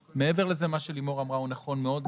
מה שלימור אמרה הוא נכון מאוד,